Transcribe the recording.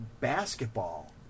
basketball